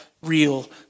real